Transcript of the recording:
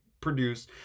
produce